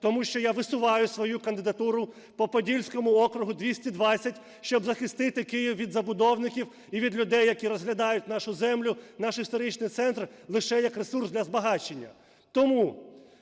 тому що я висуваю свою кандидатуру по Подільському округу 220, щоб захистити Київ від забудовників і від людей, які розглядають нашу землю, наш історичний центр лише як ресурс для збагачення.